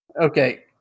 Okay